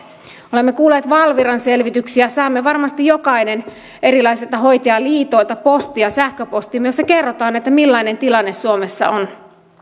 me olemme kuulleet valviran selvityksiä saamme varmasti jokainen erilaisilta hoitajaliitoilta postia sähköpostia jossa kerrotaan millainen tilanne suomessa on